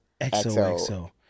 XOXO